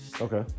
Okay